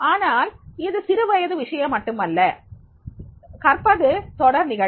ஆனால் இது சிறுவயது விஷயம் மட்டுமல்ல கற்பது தொடர் நிகழ்வு